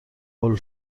هول